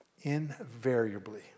invariably